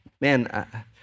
Man